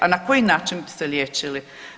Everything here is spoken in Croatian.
A na koji način bi se liječili?